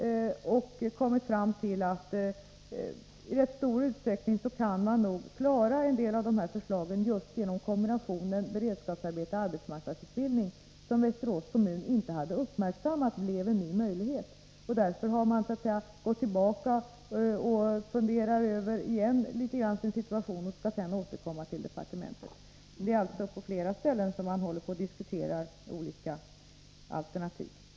Man har kommit fram till att i rätt stor utsträckning kan man nog klara en del av förslagen genom en kombination av beredskapsarbete och arbetsmarknadsutbildning. Västerås kommun hade inte uppmärksammat att detta blev en ny möjlighet. Därför skall man nu fundera vidare över sin situation och skall sedan återkomma till departementet. Man är alltså på flera ställen i färd med att diskutera olika alternativ.